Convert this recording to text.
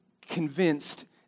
convinced